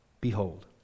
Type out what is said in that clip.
behold